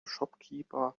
shopkeeper